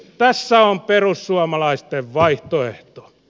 tässä on perussuomalaisten vaihtoehto